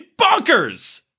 bonkers